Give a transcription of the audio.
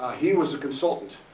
he was a consultant.